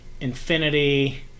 Infinity